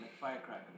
Firecracker